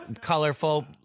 colorful